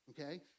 Okay